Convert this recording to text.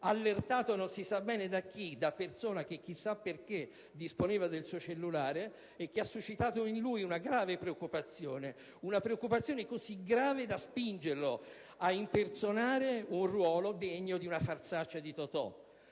allertato non si sa bene da chi: da persona che, chissà perché, disponeva del suo cellulare e che ha suscitato in lui una grave preoccupazione. Si è trattato di una preoccupazione così grave da spingerlo a impersonare un ruolo degno di una farsaccia di Totò.